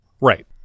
Right